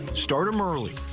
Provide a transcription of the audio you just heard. start them early.